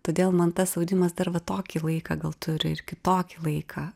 todėl man tas audimas dar va tokį laiką gal turi ir kitokį laiką